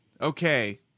Okay